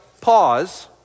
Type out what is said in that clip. pause